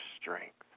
strength